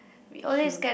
issue